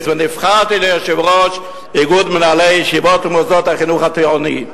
ונבחרתי ליושב-ראש איגוד מנהלי ישיבות ומוסדות החינוך התורני.